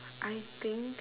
I think